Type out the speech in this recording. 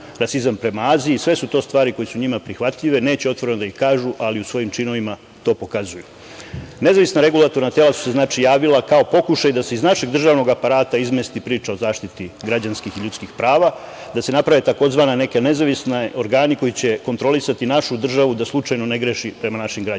rasizam prema Aziji. Sve su to stvari koje su njima prihvatljive. Neće otvoreno da ih kažu, ali u svojim činovima to pokazuju. Nezavisna regulatorna tela su se javila kao pokušaj da se iz našeg državnog aparata izmesti priča o zaštiti građanskih i ljudskih prava, da se naprave tzv. nezavisni organi koji će kontrolisati našu državu da slučajno ne greši prema našim građanima.